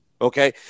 Okay